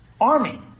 army